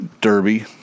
derby